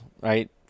right